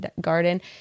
garden